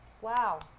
Wow